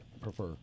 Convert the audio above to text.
prefer